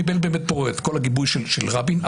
קיבל את כל הגיבוי של רבין.